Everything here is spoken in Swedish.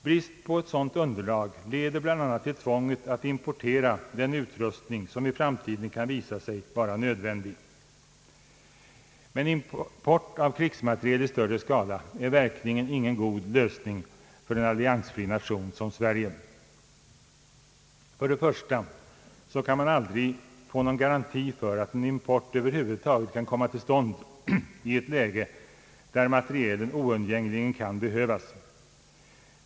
Brist på dylikt underlag leder bland annat till tvånget att importera den utrustning som i framtiden kan visa sig vara nödvändig. Men import av krigsmateriel i större skala är verkligen ingen god lösning för en alliansfri nation som Sverige. För det första kan man aldrig få någon garanti för att import över huvud taget kan komma till stånd i ett läge då materielen oundgängligen kan behövas.